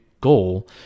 goal